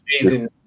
amazing